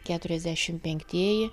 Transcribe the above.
keturiasdešim penktieji